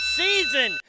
season